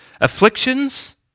afflictions